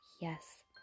Yes